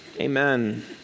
amen